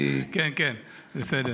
כן, כן, בסדר.